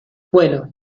bueno